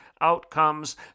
outcomes